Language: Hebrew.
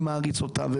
אני מעריץ אותם,